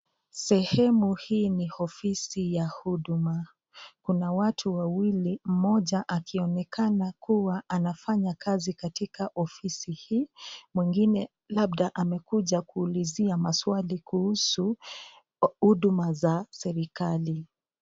Sehemu hii ni ofisi ya huduma kuna watu wawili mmoja akionekana kuwa anafanya kazi katika ofisi hii mwingine labda amekuja kuulizia maswali kuhusu huduma za serikali.